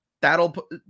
That'll